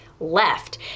left